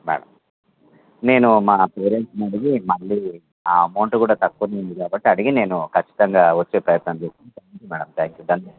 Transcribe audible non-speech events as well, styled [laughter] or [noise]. madam నేను మా పేరెంట్స్ని అడిగి మళ్ళీ ఆ అమౌంట్ కూడా తక్కువనే ఉంది కాబట్టి అడిగి నేను ఖచ్చితంగా వచ్చే ప్రయత్నం చేస్తాను [unintelligible] థ్యాంక్ యూ